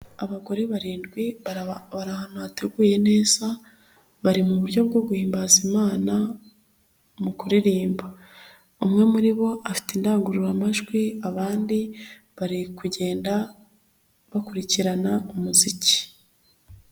Abagore barindwi bari ahantu hateguye neza, bari muburyo bwo guhimbaza imana, mu kuririmba, umwe muri bo afite indangururamajwi, abandi bari kugenda bakurikirana umuziki.